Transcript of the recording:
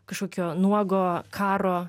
kažkokio nuogo karo